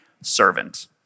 Servant